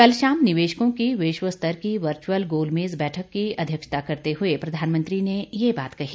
कल शाम निवेशकों की विश्वस्तर की वर्च्रअल गोलमेज बैठक की अध्यक्षता करते हुए प्रधानमंत्री ने ये बात कही